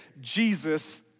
Jesus